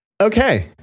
Okay